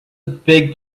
big